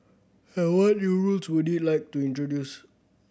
and what new rules would it like to introduce